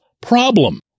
problem